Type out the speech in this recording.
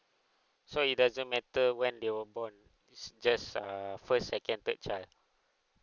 so it doesn't matter when they were born it's just err first second third child